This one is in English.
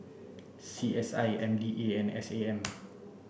C S I M D A and S A M